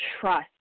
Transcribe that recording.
trust